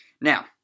Now